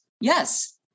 yes